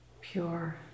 pure